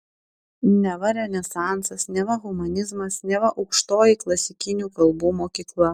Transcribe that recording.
neva renesansas neva humanizmas neva aukštoji klasikinių kalbų mokykla